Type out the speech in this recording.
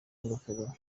ingofero